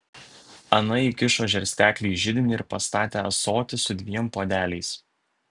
ana įkišo žarsteklį į židinį ir pastatė ąsotį su dviem puodeliais